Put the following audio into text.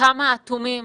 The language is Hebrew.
כמה אטומים